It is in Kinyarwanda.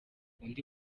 undi